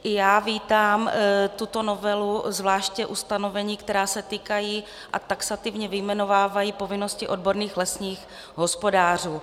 I já vítám tuto novelu, zvláště ustanovení, která se týkají a taxativně vyjmenovávají povinnosti odborných lesních hospodářů.